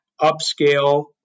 upscale